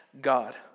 God